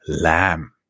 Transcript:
lamb